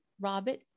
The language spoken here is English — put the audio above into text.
Robert